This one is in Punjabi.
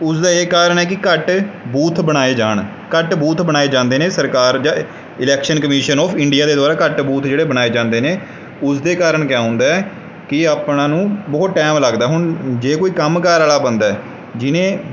ਉਸਦਾ ਇਹ ਕਾਰਨ ਹੈ ਕਿ ਘੱਟ ਬੂਥ ਬਣਾਏ ਜਾਣ ਘੱਟ ਬੂਥ ਬਣਾਏ ਜਾਂਦੇ ਨੇ ਸਰਕਾਰ ਜਾਂ ਇਲੈਕਸ਼ਨ ਕਮਿਸ਼ਨ ਆਫ ਇੰਡੀਆ ਦੇ ਦੁਆਰਾ ਘੱਟ ਬੂਥ ਜਿਹੜੇ ਬਣਾਏ ਜਾਂਦੇ ਨੇ ਉਸ ਦੇ ਕਾਰਨ ਕਿਆ ਹੁੰਦਾ ਕਿ ਆਪਣਾ ਨੂੰ ਬਹੁਤ ਟਾਈਮ ਲੱਗਦਾ ਹੁਣ ਜੇ ਕੋਈ ਕੰਮ ਕਾਰ ਵਾਲਾ ਬੰਦਾ ਜਿਸ ਨੇ